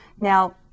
Now